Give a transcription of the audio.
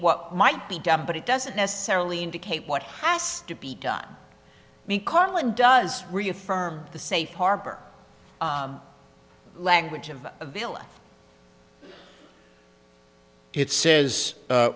what might be done but it doesn't necessarily indicate what has to be done me carlon does reaffirm the safe harbor language of avila it says